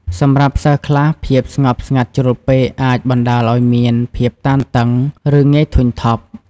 សម្រាប់សិស្សខ្លះ ភាពស្ងប់ស្ងាត់ជ្រុលពេកអាចបណ្ដាលឲ្យមាន ភាពតានតឹង ឬងាយធុញថប់។